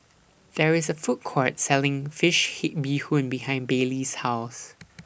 There IS A Food Court Selling Fish Head Bee Hoon behind Baylee's House